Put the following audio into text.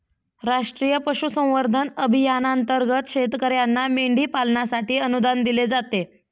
राष्ट्रीय पशुसंवर्धन अभियानांतर्गत शेतकर्यांना मेंढी पालनासाठी अनुदान दिले जाते